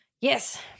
Yes